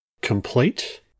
complete